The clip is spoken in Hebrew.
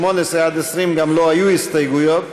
ל-18 20 לא היו הסתייגויות,